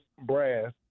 brass